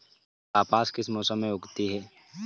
कपास किस मौसम में उगती है?